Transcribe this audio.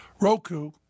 Roku